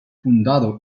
fundado